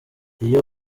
iyo